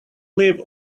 live